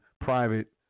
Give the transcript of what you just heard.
private